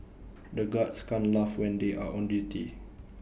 the guards can't laugh when they are on duty